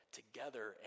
together